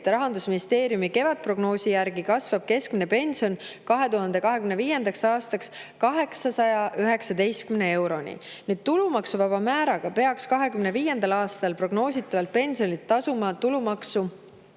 et Rahandusministeeriumi kevadprognoosi järgi kasvab keskmine pension 2025. aastaks 819 euroni. [Kui arvestada] tulumaksuvaba määra, peaks 2025. aastal prognoositavalt pensionilt tasuma tulumaksu